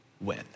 win